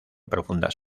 profundas